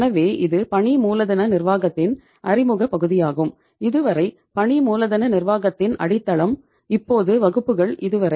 எனவே இது பணி மூலதன நிர்வாகத்தின் அறிமுக பகுதியாகும் இது வரை பணி மூலதன நிர்வாகத்தின் அடித்தளம் இப்போது வகுப்புகள் இதுவரை